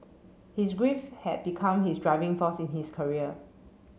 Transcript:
his grief had become his driving force in his career